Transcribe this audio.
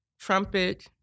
trumpet